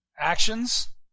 Actions